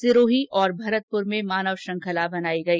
सिरोही और भरतपुर में मानव श्रृंखला बनाई गई